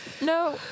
No